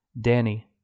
Danny